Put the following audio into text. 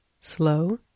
slow